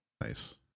Nice